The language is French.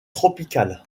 tropicale